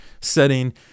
setting